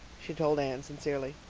she told anne sincerely.